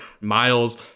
Miles